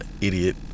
idiot